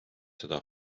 seda